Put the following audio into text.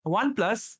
oneplus